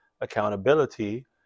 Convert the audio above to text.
accountability